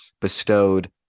bestowed